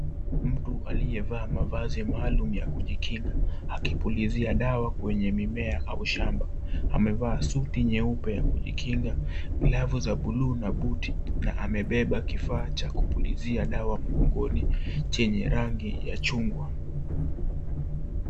Mtu aliyevaa mavazi maalum ya kujikinga akipulizia dawa kwenye mimea au shamba. amevaa suti nyeupe ya kujikinga, glovu za buluu na buti na amebeba kifaa cha kupulizia dawa mgongoni chenye rangi ya chungwa.